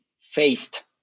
faced